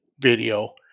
video